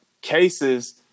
cases